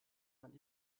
man